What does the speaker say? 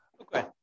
Okay